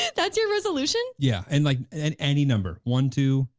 yeah that's your resolution? yeah, and like, and any number one, two.